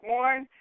one